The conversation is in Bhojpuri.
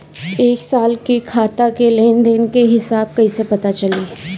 एक साल के खाता के लेन देन के हिसाब कइसे पता चली?